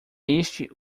este